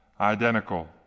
identical